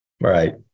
Right